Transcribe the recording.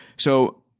so,